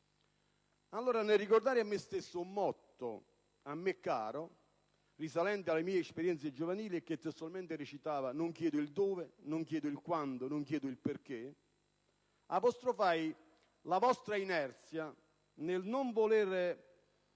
Allora, nel ricordare a me stesso un motto che mi è caro, che risale alle mie esperienze giovanili e che testualmente recita: «Non chiedo il dove, non chiedo il quando e non chiedo il perché», apostrofai la vostra inerzia nel non voler